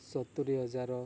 ସତୁରି ହଜାର